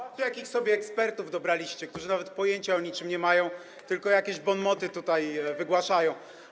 Zobaczcie, jakich sobie ekspertów dobraliście, którzy nawet pojęcia o niczym nie mają, tylko jakieś bon moty tutaj wygłaszają.